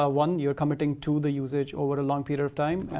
ah one, you are committing to the usage over a long period of time.